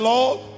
Lord